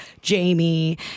Jamie